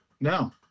No